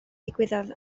ddigwyddodd